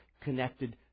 connected